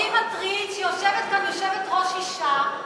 אותי מטריד שיושבת כאן יושבת-ראש אישה,